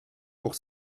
pour